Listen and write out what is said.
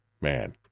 man